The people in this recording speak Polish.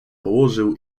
położył